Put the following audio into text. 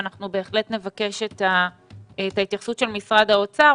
ואנחנו בהחלט נבקש את התייחסות משרד האוצר,